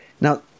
Now